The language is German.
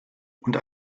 und